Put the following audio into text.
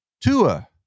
Tua